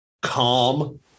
calm